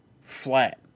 flat